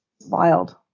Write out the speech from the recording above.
wild